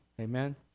Amen